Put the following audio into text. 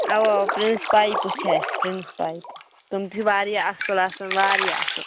اوا اوا پِرٛنٕس پایِپہٕ چھِ اسہِ پٕرٛنٛس پایِپہٕ تِم تہِ چھِ واریاہ اصٕل اصٕل واریاہ اصٕل